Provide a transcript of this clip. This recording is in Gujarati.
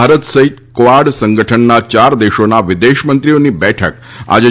ભારત સહિત કવાડ સંગઠનના ચાર દેશોના વિદેશમંત્રીઓની બેઠક આજે